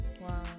Wow